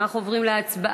אנחנו עוברים להצבעה.